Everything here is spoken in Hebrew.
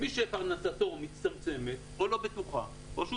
מי שפרנסתו מצטמצמת או לא בטוחה או שהוא